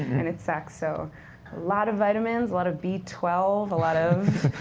and it sucks. so a lot of vitamins, a lot of b twelve, a lot of